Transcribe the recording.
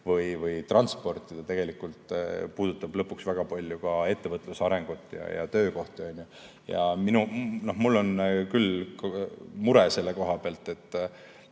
või transporti. Tegelikult see puudutab lõpuks väga palju ka ettevõtluse arengut ja töökohti. Mul on küll mure selle koha pealt,